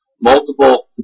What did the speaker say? multiple